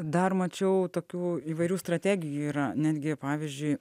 dar mačiau tokių įvairių strategijų yra netgi pavyzdžiui